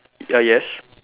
ah yes